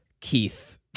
Keith